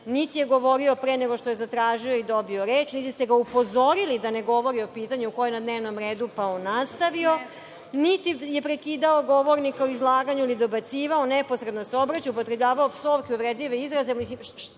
niti je govorio pre nego što je zatražio i dobio reč, niti ste ga upozorili da ne govori o pitanje koje je na dnevnom redu, pa on nastavio, niti je prekidao govornika u izlaganju, ni dobacivao, neposredno se obraćao, upotrebljavao psovke, uvredljive izraze.